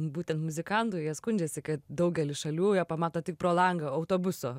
būtent muzikantų jie skundžiasi kad daugelį šalių jie pamato tik pro langą autobuso